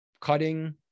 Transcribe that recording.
cutting